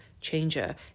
changer